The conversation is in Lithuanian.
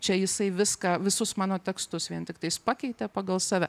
čia jisai viską visus mano tekstus vien tiktais pakeitė pagal save